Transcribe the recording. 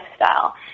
lifestyle